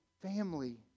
family